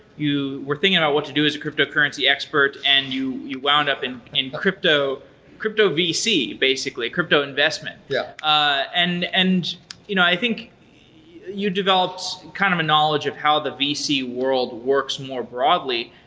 you were thinking about what to do as a cryptocurrency expert, and you you wound up and in crypto crypto vc basically, crypto investment. yeah and and you know i think you developed kind of a knowledge of how the vc world works more broadly.